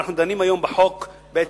ואנחנו דנים היום בחוק בחטף,